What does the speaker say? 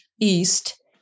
east